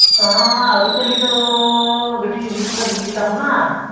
ᱱᱚᱣᱟ ᱟᱹᱨᱤᱪᱟᱹᱞᱤ ᱫᱚ ᱠᱟᱹᱴᱤᱡ ᱢᱤᱫ ᱫᱚ ᱢᱤᱫ ᱜᱮᱛᱟᱵᱚᱱᱟ